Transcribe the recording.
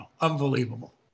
unbelievable